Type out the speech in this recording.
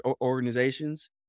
organizations